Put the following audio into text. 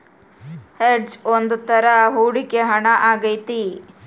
hedge ಒಂದ್ ತರ ಹೂಡಿಕೆ ಹಣ ಆಗೈತಿ